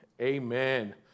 amen